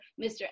mr